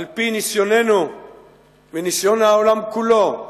על-פי ניסיוננו וניסיון העולם כולו,